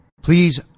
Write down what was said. Please